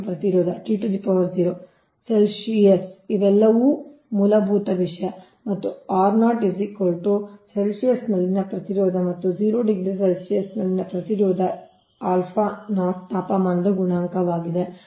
ಪ್ರತಿರೋಧ ಸೆಲ್ಸಿಯಸ್ ಇವೆಲ್ಲವೂ ಮೂಲಭೂತ ವಿಷಯ ಮತ್ತು ಸೆಲ್ಸಿಯಸ್ನಲ್ಲಿ ಪ್ರತಿರೋಧ ಮತ್ತು ಸೆಲ್ಸಿಯಸ್ನಲ್ಲಿ ಪ್ರತಿರೋಧದ ತಾಪಮಾನದ ಗುಣಾಂಕವಾಗಿದೆ